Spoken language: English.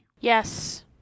Yes